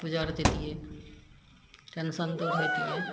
गुजर जैतियै टेंशन दूर होइतियै